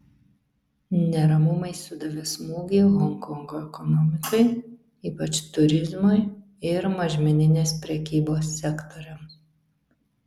neramumai sudavė smūgį honkongo ekonomikai ypač turizmui ir mažmeninės prekybos sektoriams